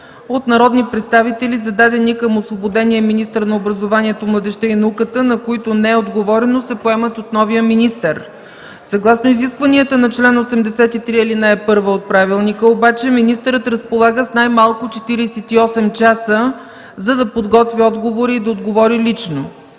от народни представители, зададени към освободения министър на образованието, младежта и науката, на които не е отговорено, се поемат от новия министър. Съгласно изискванията на чл. 83, ал.1 от Правилника министърът разполага най-малко с 48 часа , за да подготви отговори и да отговори лично.